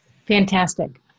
Fantastic